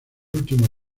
último